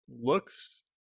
looks